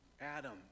Adam